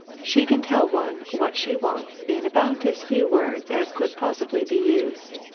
she can tell one what she wants in about as few words as could possibly be used!